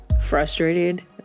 frustrated